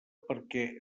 perquè